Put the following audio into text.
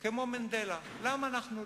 כמו מנדלה, למה אנחנו לא?